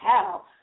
hell